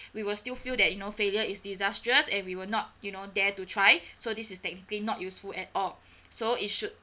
we will still feel that you know failure is disastrous and we will not you know dare to try so this is technically not useful at all so it should